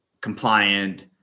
compliant